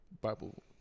Bible